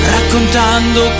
Raccontando